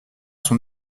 sont